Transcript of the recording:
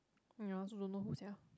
ya I also don't know who sia